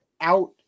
out